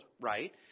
right